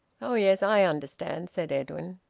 oh yes, i understand, said edwin.